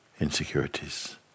insecurities